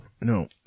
No